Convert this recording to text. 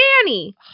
Danny